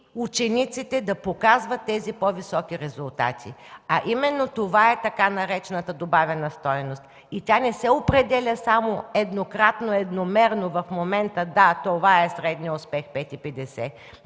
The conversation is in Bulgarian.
учениците да показват тези по-високи резултати. Това е тъй-наречената „добавена стойност”. Тя не се определя само еднократно, едномерно в момента: да, това е средният успех 5,50.